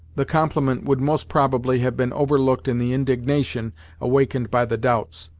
the compliment would most probably have been overlooked in the indignation awakened by the doubts,